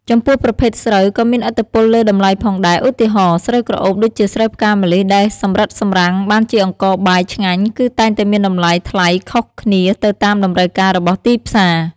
ចំពោះប្រភេទស្រូវ ក៏មានឥទ្ធិពលលើតម្លៃផងដែរ ឧទាហរណ៍ ស្រូវក្រអូបដូចជាស្រូវផ្កាម្លិះដែលសម្រិតសម្រាំងបានជាអង្ករបាយឆ្ងាញ់ គឺតែងតែមានតម្លៃថ្លៃខុសគ្នាទៅតាមតម្រូវការរបស់ទីផ្សារ។